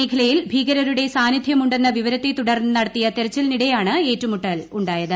മേഖലയിൽ ഭീകരരുടെ സാന്നിധൃമുണ്ടെന്ന വിവരത്തെ തുടർന്ന് നടത്തിയ തെരച്ചിലിനിടെയാണ് ഏറ്റുമുട്ടൽ ഉണ്ടായത്